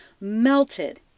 melted